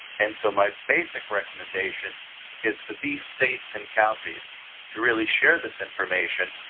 and so my basic recommendation is for these states and counties to really share this information,